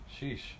Sheesh